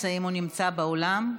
האם הוא נמצא באולם?